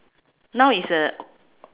noun is a